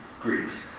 Greeks